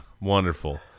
Wonderful